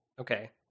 okay